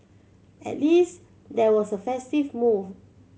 at least there was a festive move